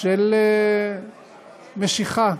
של משיכה.